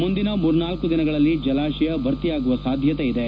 ಮುಂದಿನ ಮೂರು ನಾಲ್ಕು ದಿನಗಳಲ್ಲಿ ಜಲಾಶಯ ಭರ್ತಿಯಾಗುವ ಸಾಧ್ಯತೆ ಇದೆ